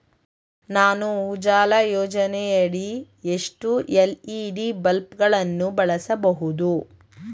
ನಾನು ಉಜಾಲ ಯೋಜನೆಯಡಿ ಎಷ್ಟು ಎಲ್.ಇ.ಡಿ ಬಲ್ಬ್ ಗಳನ್ನು ಬಳಸಬಹುದು?